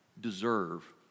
deserve